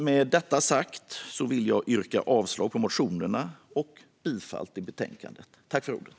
Med detta sagt vill jag yrka avslag på motionerna och bifall till utskottets förslag.